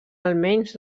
almenys